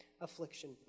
affliction